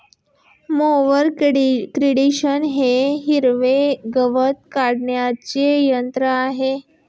mower conditioner हे हिरवे गवत काढणीचे यंत्र आहे